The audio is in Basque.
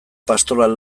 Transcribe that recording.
pastoral